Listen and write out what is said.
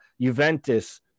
Juventus